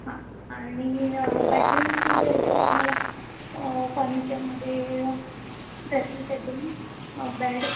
हां आणि बेडरूम्समध्ये वगैरे तुम्हाला फर्निचरमध्ये ड्रेसिंग टेबल बेड